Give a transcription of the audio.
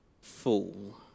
fool